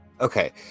Okay